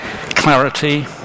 clarity